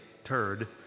Turd